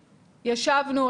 ישבנו,